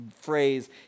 phrase